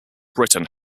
britain